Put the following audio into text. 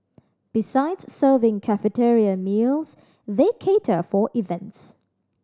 besides serving cafeteria meals they cater for events